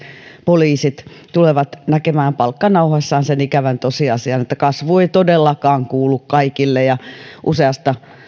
poliisit tulevat näkemään palkkanauhassaan sen ikävän tosiasian että kasvu ei todellakaan kuulu kaikille useasta